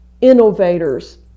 innovators